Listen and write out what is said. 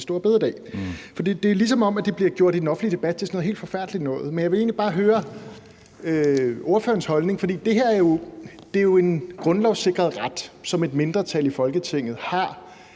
det er, som om det i den offentlige debat bliver gjort til sådan noget helt forfærdeligt noget. Men jeg vil egentlig bare høre ordførerens holdning, for det her er jo en grundlovssikret ret, som et mindretal i Folketinget har